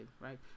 Right